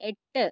എട്ട്